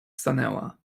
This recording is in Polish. stanęła